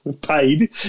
paid